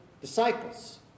disciples